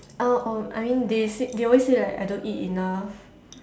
uh um I mean they said they always say like I don't eat enough